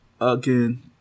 Again